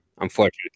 unfortunately